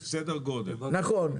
נכון.